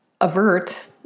avert